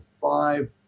five